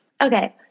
Okay